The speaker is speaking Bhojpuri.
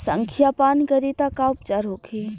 संखिया पान करी त का उपचार होखे?